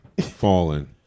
fallen